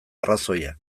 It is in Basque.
arrazoia